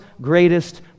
greatest